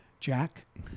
jack